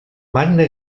magna